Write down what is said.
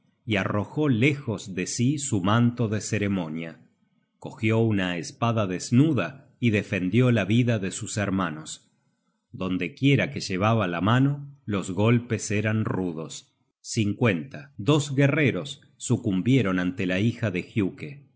y arrojó lejos de sí su manto de ceremonia cogió una espada desnuda y defendió la vida de sus hermanos donde quiera que llevaba la mano los golpes eran rudos dos guerreros sucumbieron ante la hija de